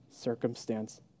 circumstance